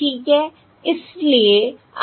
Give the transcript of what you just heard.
ठीक है